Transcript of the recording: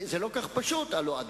חבר הכנסת אריה אלדד, בבקשה, אדוני.